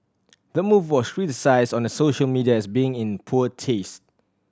the move was criticised on the social media as being in poor taste